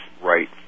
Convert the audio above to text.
right